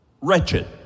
Wretched